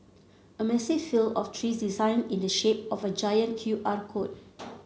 a massive field of trees designed in the shape of a giant Q R code